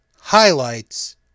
highlights